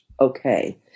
okay